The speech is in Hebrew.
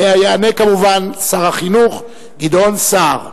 שעליה יענה כמובן שר החינוך גדעון סער.